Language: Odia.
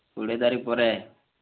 କୁଡ଼ିଏ ତାରିଖ୍ ପରେ